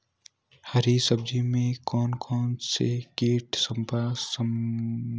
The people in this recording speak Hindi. हरी सब्जी में कौन कौन से कीट संक्रमण करते हैं?